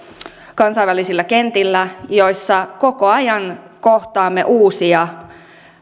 kansainvälisillä kentillä missä koko ajan kohtaamme uusia